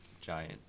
giant